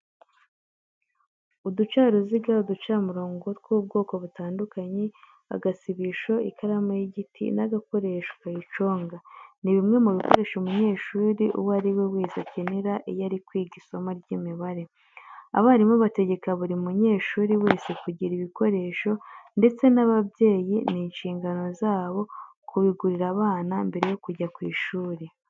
Uducaruziga, uducamurongo tw'ubwoko butandukanye, agasibisho, ikaramu y'igiti n'agakoresho kayiconga, ni bimwe mu bikoresho umunyeshuri uwo ari we wese akenera iyo ari kwiga isomo ry'imibare. Abarimu bategeka buri munyeshuri wese kugira ibi bikoresho ndetse n'ababyeyi ni inshingano zabo kubigurira abana mbere yo kujya ku ishuri.